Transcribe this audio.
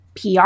PR